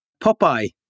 Popeye